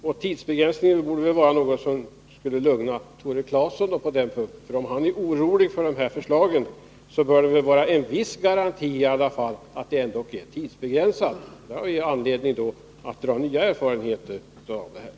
Den borde väl kunna vara något som skulle lugna Tore Claeson. Om han är orolig för de här förslagen, bör det väl ändå vara en viss garanti att de är tidsbegränsade. Då får vi ju anledning att dra erfarenheter av dem.